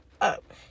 up